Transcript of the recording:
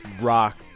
rock